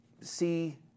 see